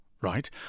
Right